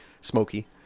smoky